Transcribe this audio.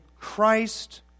Christ